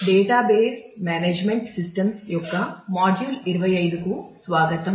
database management systems యొక్క module 25 కు స్వాగతం